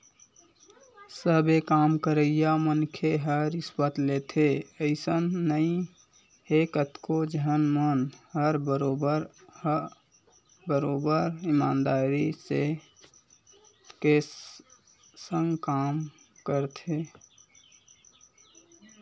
सबे काम करइया मनखे ह रिस्वत लेथे अइसन नइ हे कतको झन मन ह बरोबर ईमानदारी के संग काम करथे